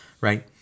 right